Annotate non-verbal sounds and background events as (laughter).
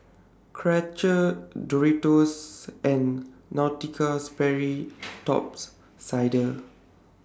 Karcher Doritos and Nautica Sperry (noise) Top Sider